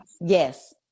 yes